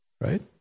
right